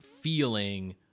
feeling